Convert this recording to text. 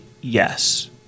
yes